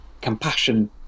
compassion